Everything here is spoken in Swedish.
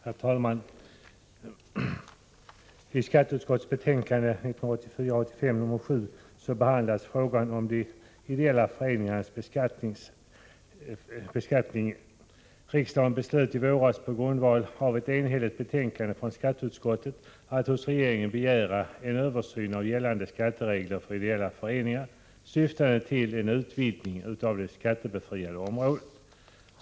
Herr talman! I skatteutskottets betänkande behandlas frågan om de ideella föreningarnas beskattning. Riksdagen beslöt i våras på grundval av ett enhälligt betänkande från skatteutskottet att hos regeringen begära en översyn av gällande skatteregler för ideella föreningar, syftande till en utvidgning av det skattebefriade området.